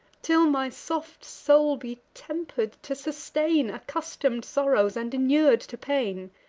till my soft soul be temper'd to sustain accustom'd sorrows, and inur'd to pain.